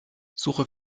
suche